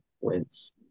wins